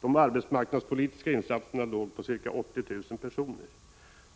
De arbetsmarknadspolitiska insatserna omfattade ca 80 000 personer.